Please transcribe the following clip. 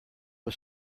was